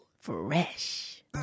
fresh